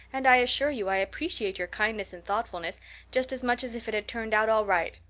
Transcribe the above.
and i assure you i appreciate your kindness and thoughtfulness just as much as if it had turned out all right.